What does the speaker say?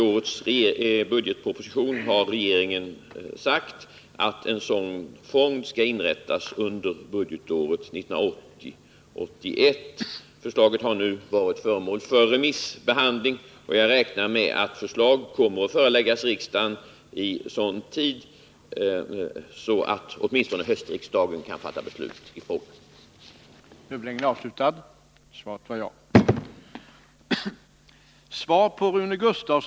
Alla alternativ i folkomröstningen uttrycker på valsedeln att kärnkraften är en återvändsgränd. Samtliga partier säger sig respektera folkomröstningsresultatet. Ekonomiministern har uttalat att han vad gäller linje 3 enbart accepterar utslaget som ett nej till laddning av nya aggregat och nej till byggande av aggregat 11 och 12.